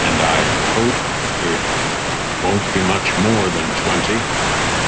and i hope it won't be much more than twenty point